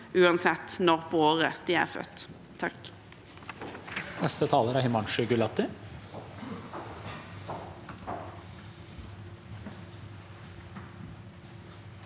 uansett når på året de er født.